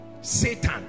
Satan